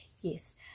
yes